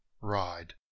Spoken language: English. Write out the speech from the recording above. ride